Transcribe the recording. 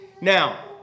Now